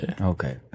Okay